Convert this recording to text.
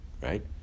right